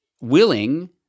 willing